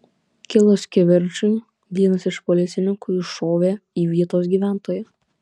kilus kivirčui vienas iš policininkų iššovė į vietos gyventoją